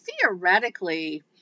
theoretically